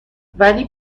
ولی